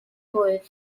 blwydd